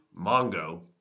Mongo